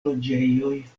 loĝejoj